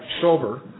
sober